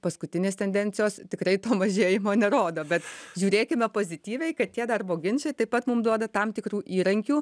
paskutinės tendencijos tikrai to mažėjimo nerodo bet žiūrėkime pozityviai kad tie darbo ginčai taip pat mum duoda tam tikrų įrankių